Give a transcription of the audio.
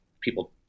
people